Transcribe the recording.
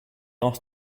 asked